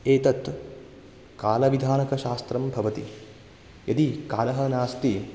एतत् कालविधानकशास्त्रं भवति यदि कालः नास्ति